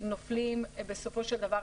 זה משהו שהוא בדמי,